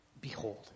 Behold